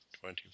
Twenty